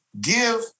give